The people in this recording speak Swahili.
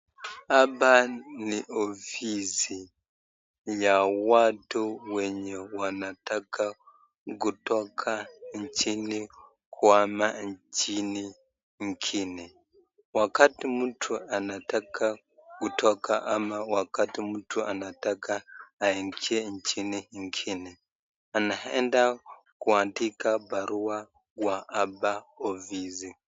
Hapa ni ofisi ya watu wenye wanataka kutoka nchini kuama nchini ingine. Wakati mtu anataka kutoka ama wakati mtu anataka aingie nchini ingine, anaenda kuandika barua kwa hapa ofisi.